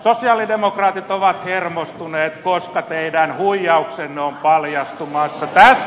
sosialidemokraatit ovat hermostuneet koska teidän huijauksenne on paljastumassa